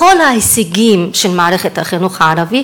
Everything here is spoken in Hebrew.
בכל ההישגים של מערכת החינוך הערבי,